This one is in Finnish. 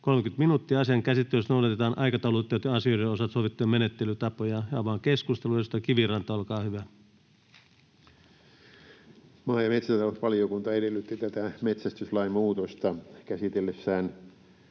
30 minuuttia. Asian käsittelyssä noudatetaan aikataulutettujen asioiden osalta sovittuja menettelytapoja. — Avaan keskustelun. Edustaja Kiviranta, olkaa hyvä. Maa- ja metsätalousvaliokunta edellytti tätä metsästyslain muutosta käsitellessään